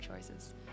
choices